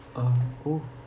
uh oh